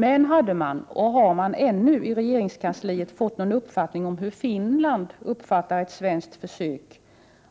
Men hade man — och har man ännu — i regeringskansliet fått någon uppfattning om hur Finland uppfattar ett svenskt försök